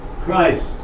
Christ